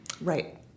Right